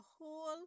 whole